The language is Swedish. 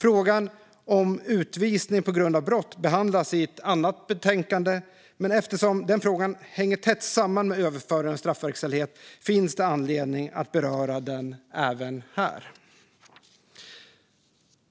Frågan om utvisning på grund av brott behandlas i ett annat betänkande, men eftersom den frågan hänger tätt samman med överföring av straffverkställighet finns det anledning beröra den även här.